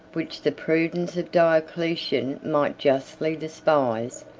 which the prudence of diocletian might justly despise,